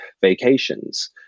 vacations